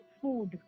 food